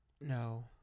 No